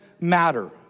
matter